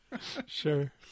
Sure